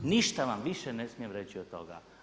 Ništa vam više ne smijem reći od toga.